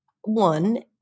one